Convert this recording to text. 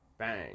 Bang